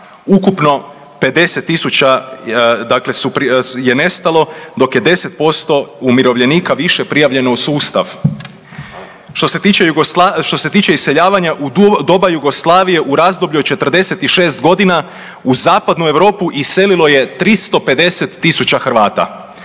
Ukupno 50 000 dakle je nestalo, dok je 10% umirovljenika više prijavljeno u sustav. Što je tiče iseljavanja, u doba Jugoslavije u razdoblju od 46 godina u zapadnu Europu iselilo je 350 tisuća Hrvata.